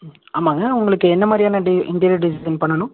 ம் ஆமாங்க உங்களுக்கு என்ன மாதிரியான டி இன்டீரியர் டிசைன் பண்ணணும்